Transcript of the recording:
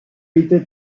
était